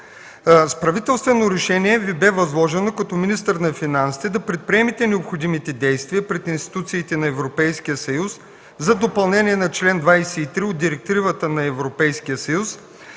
С правителствено решение Ви бе възложено, като министър на финансите, да предприемете необходимите действия пред институциите на Европейския съюз за допълнение на чл. 23 от Директивата на Европейския съюз